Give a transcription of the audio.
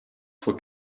for